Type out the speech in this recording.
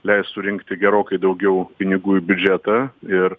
leis surinkti gerokai daugiau pinigų į biudžetą ir